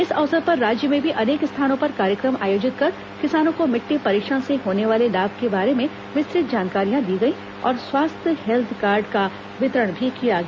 इस अवसर पर राज्य में भी अनेक स्थानों पर कार्यक्रम आयोजित कर किसानों को मिट्टी परीक्षण से होने वाले लाभ के बारे में विस्तृत जानकारियां दी गई और स्वायल हेल्थ कार्ड का वितरण भी किया गया